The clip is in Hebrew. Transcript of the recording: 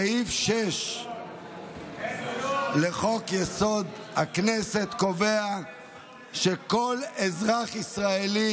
סעיף 6 לחוק-יסוד: הכנסת קובע שכל אזרח ישראלי,